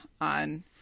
on